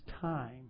time